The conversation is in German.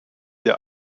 der